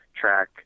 track